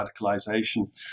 radicalisation